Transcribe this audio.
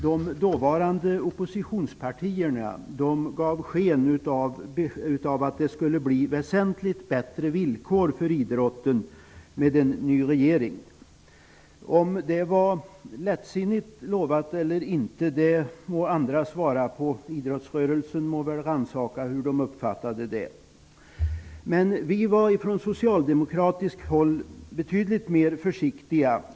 De dåvarande oppositionspartierna gav sken av att det skulle bli väsentligt bättre villkor för idrotten med en ny regering. Om det var lättsinnigt lovat eller inte får andra svara på. I idrottsrörelsen må man väl rannsaka hur man uppfattade det. Från socialdemokratiskt håll var vi betydligt försiktigare.